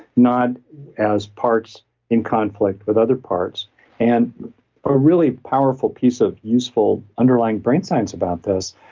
not as parts in conflict with other parts and a really powerful piece of useful underlying brain science about this.